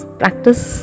practice